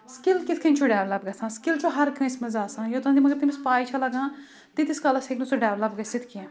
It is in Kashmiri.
سِکِل کِتھ کَنۍ چھُ ڈؠولَپ گَژھان سِکِل چھُ ہَر کٲنٛسہِ منٛز آسان یوٚتام تہِ مَگر تٔمِس پَے چھےٚ لَگان تیٖتِس کالَس ہیٚکہِ نہٕ سُہ ڈؠولَپ گٔژھِتھ کینٛہہ